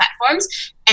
platforms